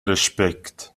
respect